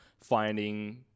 finding